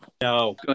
no